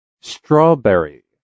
Strawberry